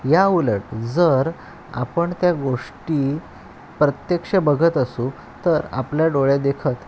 या उलट जर आपण त्या गोष्टी प्रत्यक्ष बघत असू तर आपल्या डोळ्यादेखत